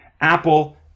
Apple